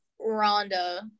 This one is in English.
Rhonda